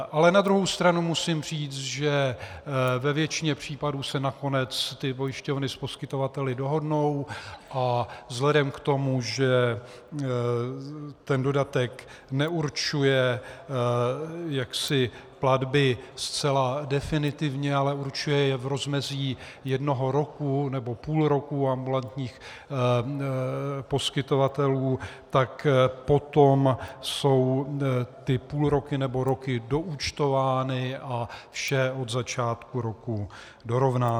Ale na druhou stranu musím říct, že ve většině případů se nakonec pojišťovny s poskytovateli dohodnou a vzhledem k tomu, že ten dodatek neurčuje jaksi platby zcela definitivně, ale určuje je v rozmezí jednoho roku, nebo půl roku u ambulantních poskytovatelů, tak potom jsou ty půlroky nebo roky doúčtovány a vše od začátku roku dorovnáno.